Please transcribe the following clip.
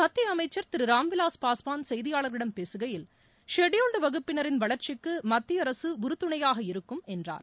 மத்திய அமைச்சர் திரு ராம்விலாஸ் பாஸ்வான் செய்தியாளர்களிடம் பேசுகையில் ஷெடியூல்டு வகுப்பினரின் வளர்ச்சிக்கு மத்திய அரசு உறுதுணையாக இருக்கும் என்றார்